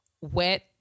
wet